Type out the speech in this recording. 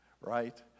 Right